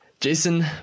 Jason